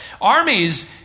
Armies